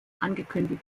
angekündigt